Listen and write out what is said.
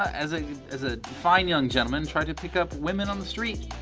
as a as a fine young gentleman, try to pick up women on the street.